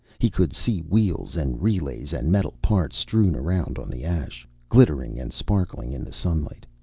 he could see wheels and relays and metal parts, strewn around on the ash. glittering and sparkling in the sunlight.